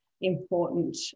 important